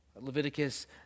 Leviticus